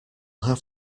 have